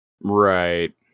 Right